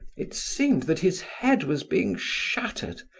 it seemed that his head was being shattered,